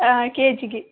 ಹಾಂ ಕೇ ಜಿಗೆ